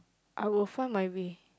I would find my way